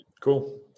Cool